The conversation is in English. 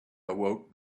awoke